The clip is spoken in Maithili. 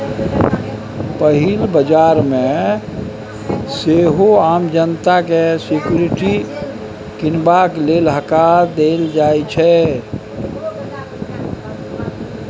पहिल बजार मे सेहो आम जनता केँ सिक्युरिटी कीनबाक लेल हकार देल जाइ छै